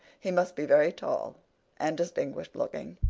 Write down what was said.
he must be very tall and distinguished looking,